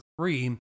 three